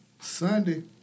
Sunday